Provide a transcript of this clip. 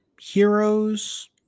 heroes